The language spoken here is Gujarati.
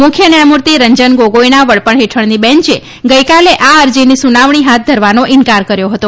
મુખ્ય ન્યાયમૂર્તિ રંજન ગોગોઇના વડપણ હેઠળની બેંચે ગઇકાલે આ અરજીની સુનાવણી હાથ ધરવાનો ઇનકાર કર્યો હતો